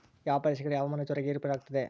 ಯಾವ ಪ್ರದೇಶಗಳಲ್ಲಿ ಹವಾಮಾನ ಜೋರಾಗಿ ಏರು ಪೇರು ಆಗ್ತದೆ?